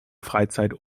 freizeit